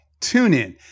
TuneIn